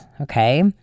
okay